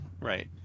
Right